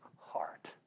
heart